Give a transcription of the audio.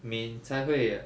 美才会